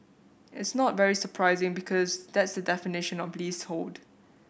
it's not very surprising because that's the definition of leasehold